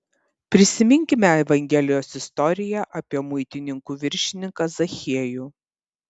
prisiminkime evangelijos istoriją apie muitininkų viršininką zachiejų